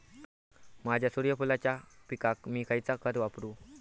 माझ्या सूर्यफुलाच्या पिकाक मी खयला खत वापरू?